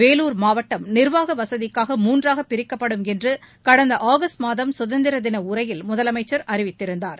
வேலூர் மாவட்டம் நிர்வாக வசதிக்காக மூன்றாக பிரிக்கப்படும் என்று கடந்த ஆகஸ்ட் மாதம் சுதந்திர தின உரையில் முதலமைச்சர் அறிவித்திருந்தார்